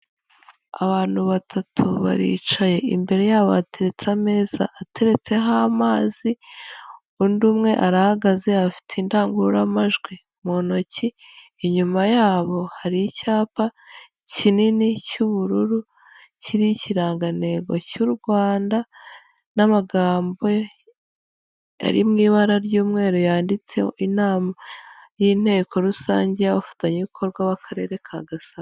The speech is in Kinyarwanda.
Abantu batatu baricaye, imbere yabo hateretse ameza ateretseho amazi, undi umwe arahagaze, afite indangururamajwi mu ntoki, inyuma yabo hari icyapa kinini cy'ubururu kiriho ikirangantego cy'u Rwanda n'amagambo ari mu ibara ry'umweru yanditseho inama y'inteko rusange y'abafatanyabikorwa b'Akarere ka Gasabo.